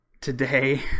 today